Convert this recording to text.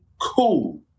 cool